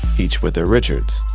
each with their richards